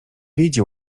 widzi